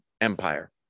Empire